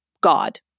God